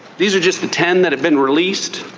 these are just the ten that have been released.